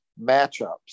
matchups